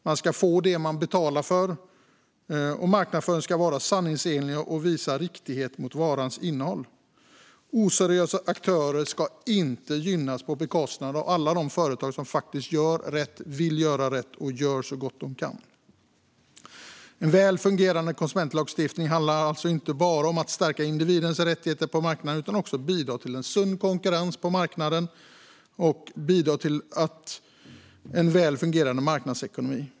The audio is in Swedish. Man ska få det man betalar för, och marknadsföringen ska vara sanningsenlig och visa riktighet när det gäller varans innehåll. Oseriösa aktörer ska inte gynnas på bekostnad av alla de företag som faktiskt gör rätt, som vill göra rätt och som gör så gott de kan. En väl fungerande konsumentlagstiftning handlar alltså inte bara om att stärka individens rättigheter på marknaden utan också om att bidra till en sund konkurrens på marknaden och till en väl fungerande marknadsekonomi.